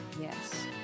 Yes